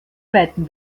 zweiten